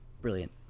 Brilliant